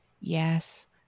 Yes